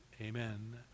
Amen